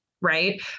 Right